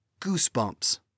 Goosebumps